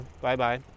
bye-bye